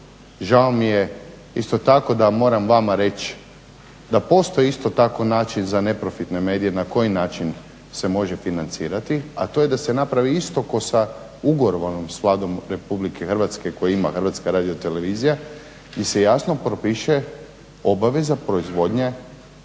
Žao mi je isto tako da moram vama reći da postoji isto tako način za neprofitne medije na koji način se može financirati, a to je da se napravi isto kao sa … s Vladom Republike Hrvatske koja ima HRT, da se jasno propiše obaveza proizvodnje